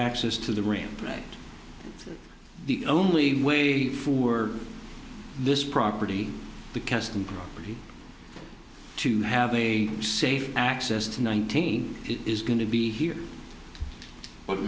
access to the ramp the only way for this property the custom property to have a safe access to nineteen is going to be here but